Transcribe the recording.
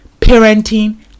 parenting